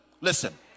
Listen